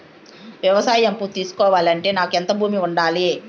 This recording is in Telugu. వ్యవసాయ అప్పు తీసుకోవాలంటే నాకు ఎంత భూమి ఉండాలి?